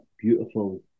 beautiful